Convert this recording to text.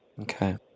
Okay